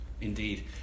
indeed